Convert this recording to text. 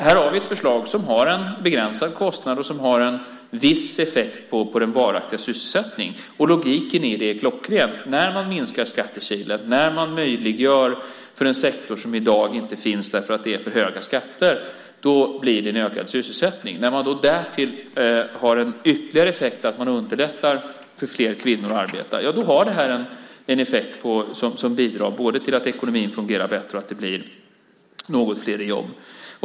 Här har vi ett förslag som har en begränsad kostnad och som har en viss effekt på den varaktiga sysselsättningen. Logiken i det är klockren. När man minskar skattekilar och möjliggör för en sektor som i dag inte finns därför att det är för höga skatter blir det en ökad sysselsättning. När man därtill har en ytterligare effekt att man underlättar för fler kvinnor att arbeta har det en effekt som bidrar till både att ekonomin fungerar bättre och att det blir något fler jobb.